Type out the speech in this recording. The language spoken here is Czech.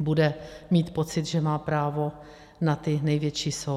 bude mít pocit, že má právo na ty největší soudy.